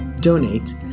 Donate